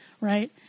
right